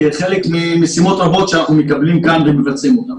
כחלק ממשימות רבות שאנחנו מקבלים כאן ומבצעים אותן.